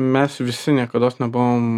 mes visi niekados nebuvom